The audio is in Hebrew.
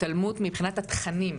התעלמות מבחינת התכנים,